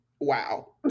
wow